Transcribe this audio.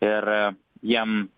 ir jiem